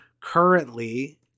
currently